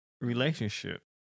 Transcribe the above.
Relationship